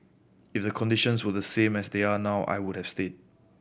if the conditions were the same as they are now I would have stay